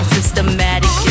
Systematic